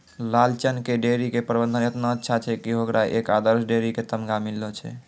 लालचन के डेयरी के प्रबंधन एतना अच्छा छै कि होकरा एक आदर्श डेयरी के तमगा मिललो छै